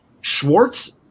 Schwartz –